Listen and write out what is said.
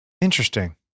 Interesting